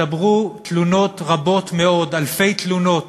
הצטברו תלונות רבות מאוד, אלפי תלונות,